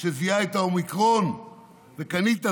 שזיהה את האומיקרון וקנית זמן.